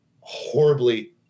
horribly